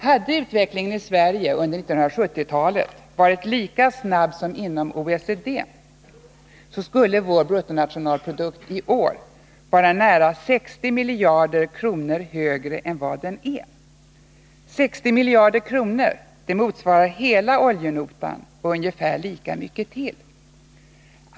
Hade utvecklingen i Sverige under 1970-talet varit lika snabb som inom OECD, skulle vår bruttonationalprodukt i år vara nära 60 miljarder kronor högre än vad den är. 60 miljarder kronor motsvarar hela oljenotan och ungefär lika mycket till.